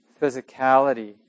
physicality